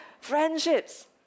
friendships